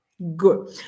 Good